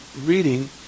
reading